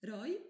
Roy